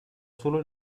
solo